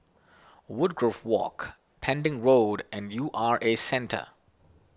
Woodgrove Walk Pending Road and U R A Centre